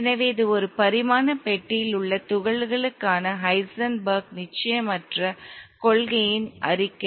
எனவே இது ஒரு பரிமாண பெட்டியில் உள்ள துகள்களுக்கான ஹைசன்பெர்க் நிச்சயமற்ற கொள்கையின் அறிக்கை